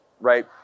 Right